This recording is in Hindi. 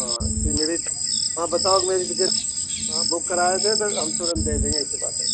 आं सिलरी आप बताओगे मेरी टीकिट हाँ बुक कराए थे तो हम तुरंत दे देंगे ऐसी बात है